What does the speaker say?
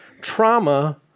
Trauma